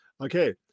okay